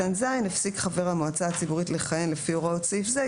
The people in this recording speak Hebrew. (ז)הפסיק חבר המועצה הציבורית לכהן לפי הוראות סעיף זה,